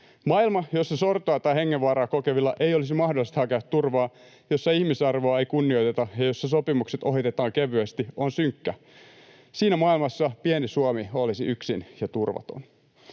Maailma, jossa sortoa tai hengenvaaraa kokevien ei ole mahdollista hakea turvaa, jossa ihmisarvoa ei kunnioiteta ja jossa sopimukset ohitetaan kevyesti, on synkkä. Siinä maailmassa pieni Suomi olisi yksin ja turvaton.